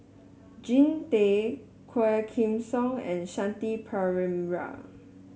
Jean Tay Quah Kim Song and Shanti Pereira